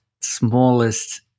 smallest